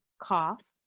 cough,